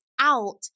out